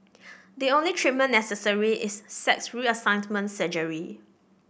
the only treatment necessary is sex reassignment surgery